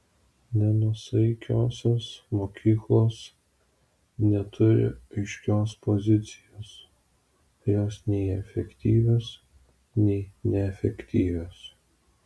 nenuosaikiosios mokyklos neturi aiškios pozicijos jos nei efektyvios nei neefektyvios